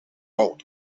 out